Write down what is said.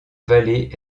vallée